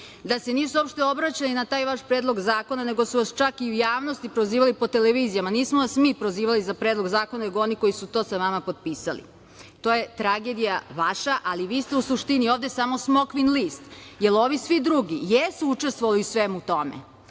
mi. Da se nisu uopšte obraćali na taj vaš predlog zakona nego su vas čak i u javnosti prozivali po televizijama, nismo vas mi prozivali za predlog zakona, nego oni koji su to sa vama potpisali. To je tragedija vaša, ali vi ste u suštini samo smokvin list, jer ovi svi drugi jesu učestvovali u svemu tome,